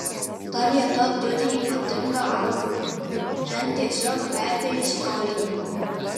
ta vieta turi ypatingą aurą ten tiesiog kvepia istorija